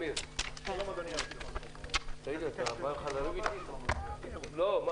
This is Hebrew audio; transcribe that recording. בשעה 13:20.